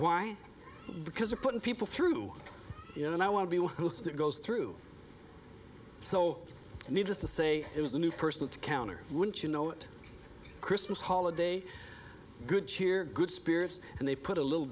why because they're putting people through it and i want to be one that goes through so needless to say it was a new person at the counter wouldn't you know it christmas holiday good cheer good spirits and they put a little